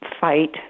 fight